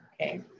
okay